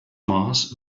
mars